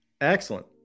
Excellent